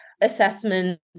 assessment